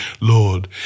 Lord